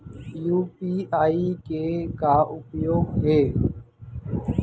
UPI के का उपयोग हे?